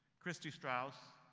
kristi straus,